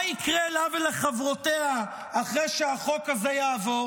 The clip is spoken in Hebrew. מה יקרה לה ולחברותיה אחרי שהחוק הזה יעבור?